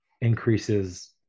increases